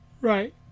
Right